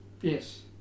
Yes